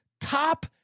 top